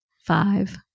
Five